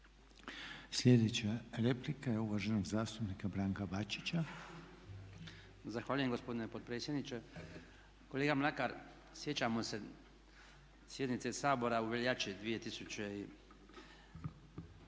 Sljedeća replika je uvaženog zastupnika Branka Bačića. **Bačić, Branko (HDZ)** Zahvaljujem gospodine potpredsjedniče. Kolega Mlakar, sjećamo se sjednice Sabora u veljači 2012.